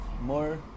More